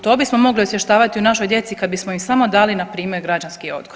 To bismo mogli osvještavati u našoj djeci kad bismo im samo dali na primjer građanski odgoj.